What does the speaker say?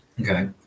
Okay